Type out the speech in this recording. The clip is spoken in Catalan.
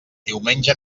diumenge